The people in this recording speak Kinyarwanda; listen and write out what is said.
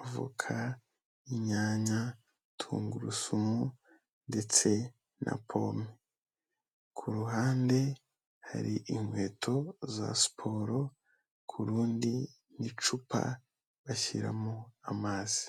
avoka, inyanya, tungurusumu ndetse na pomme. Kuruhande hari inkweto za siporo, ku rundi icupa bashyiramo amazi.